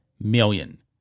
million